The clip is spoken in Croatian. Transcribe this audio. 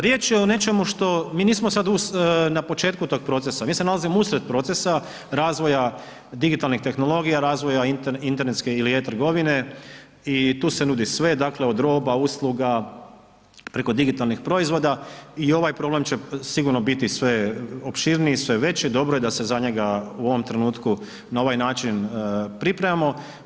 Riječ je o nečemu što, mi nismo sad na početku tog procesa, mi se nalazimo usred procesa razvoja digitalnih tehnologija, razvoja internetske ili e-trgovine i tu se nudi sve, dakle od roba, usluga, preko digitalnih proizvoda i ovaj problem će sigurno biti sve opširniji, sve veći, dobro je da se za njega u ovom trenutku na ovaj način pripremamo.